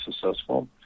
successful